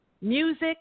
Music